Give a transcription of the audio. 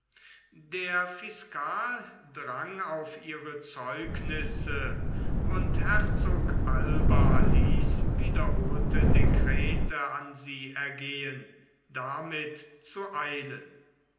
der fiskal drang auf ihre zeugnisse und herzog alba ließ wiederholte dekrete an sie ergehen damit zu eilen